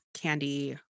candy